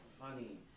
funny